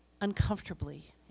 uncomfortably